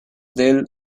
del